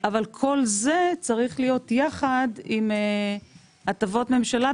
אבל כל זה צריך להיות יחד עם הטבות ממשלה,